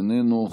איננו,